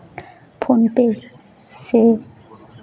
phone ᱯᱮ ᱥᱮ